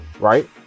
right